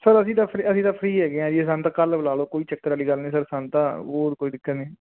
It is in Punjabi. ਸਰ ਅਸੀਂ ਦੱਸ ਰਹੇ ਅਸੀਂ ਤਾਂ ਫਰੀ ਹੈਗੇ ਆ ਜੀ ਸਾਨੂੰ ਤਾਂ ਕੱਲ ਬੁਲਾ ਲਓ ਕੋਈ ਚੱਕਰ ਵਾਲੀ ਗੱਲ ਨਹੀਂ ਸਰ ਸਾਨੂੰ ਤਾਂ ਉਹ ਕੋਈ ਦਿੱਕਤ ਨਹੀਂ